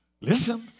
Listen